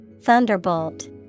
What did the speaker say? Thunderbolt